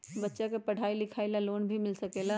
बच्चा के पढ़ाई लिखाई ला भी लोन मिल सकेला?